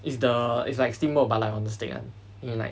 it's the it's like steamboat but like on the stick [one] then you like